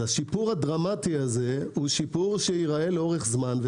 השיפור הדרמטי הזה הוא ייראה לאורך זמן.